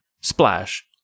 Splash